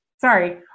sorry